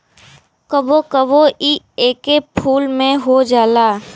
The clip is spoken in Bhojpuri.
कबो कबो इ एके फूल में हो जाला